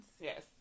Yes